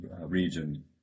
region